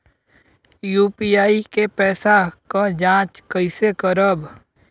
UPI के पैसा क जांच कइसे करब?